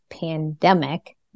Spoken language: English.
pandemic